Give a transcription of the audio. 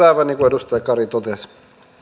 aivan niin kuin edustaja kari totesi